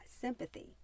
sympathy